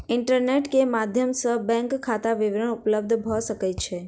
internet के माध्यम सॅ बैंक खाता विवरण उपलब्ध भ सकै छै